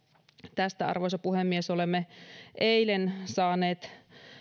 tästä arvoisa puhemies olemme eilen saaneet